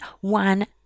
one